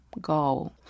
go